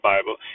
Bible